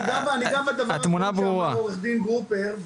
אני אגע בדבר השני שאמר עו"ד אריאל גרופר,